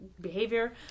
behavior